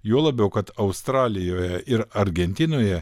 juo labiau kad australijoje ir argentinoje